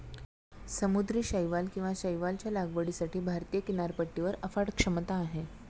समुद्री शैवाल किंवा शैवालच्या लागवडीसाठी भारतीय किनारपट्टीवर अफाट क्षमता आहे